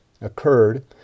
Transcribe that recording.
occurred